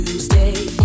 Stay